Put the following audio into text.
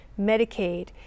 Medicaid